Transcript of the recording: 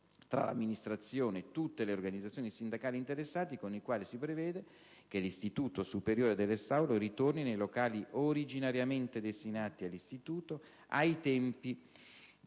tra l'amministrazione e tutte le organizzazioni sindacali interessate con il quale si prevede che l'Istituto superiore del restauro ritorni nei locali originariamente destinati all'istituto ai tempi di